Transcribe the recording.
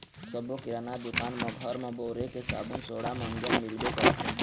सब्बो किराना दुकान म घर म बउरे के साबून सोड़ा, मंजन मिलबे करथे